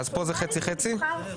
בוועדת קליטה.